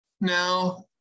now